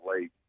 late